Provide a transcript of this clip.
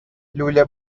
لوله